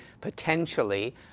potentially